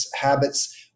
habits